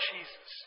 Jesus